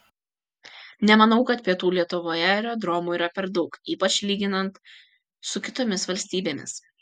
nemanau kad pietų lietuvoje aerodromų yra per daug ypač lyginant su kitomis valstybėmis